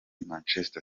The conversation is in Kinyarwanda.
manchester